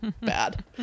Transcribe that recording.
bad